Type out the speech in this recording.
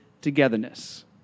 togetherness